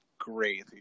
great